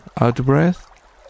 out-breath